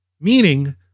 meaning